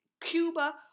Cuba